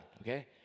okay